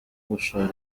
gushora